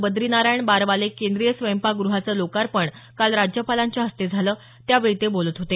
बद्रीनारायण बारवाले केंद्रीय स्वयंपाक गृहाचं लोकार्पण काल राज्यपालांच्या हस्ते झालं त्यावेळी ते बोलत होते